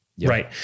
right